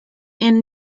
and